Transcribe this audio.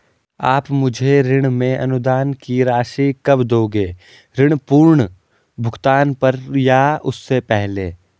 आप मुझे ऋण में अनुदान की राशि कब दोगे ऋण पूर्ण भुगतान पर या उससे पहले?